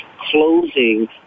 closing